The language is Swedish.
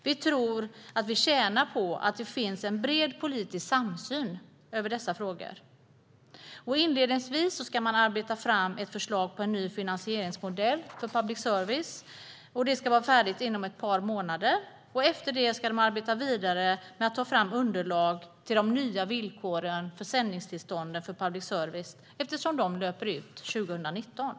Vi tror att vi tjänar på att det finns en bred politisk samsyn i dessa frågor. Inledningsvis ska man arbeta fram ett förslag på en ny finansieringsmodell för public service. Förslaget ska vara färdigt inom ett par månader. Efter det ska man arbeta vidare med att ta fram underlag till de nya villkoren för sändningstillståndet för public service, eftersom det löper ut 2019.